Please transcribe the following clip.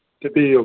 ते फ्ही ओह्